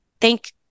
thank